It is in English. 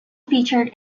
featured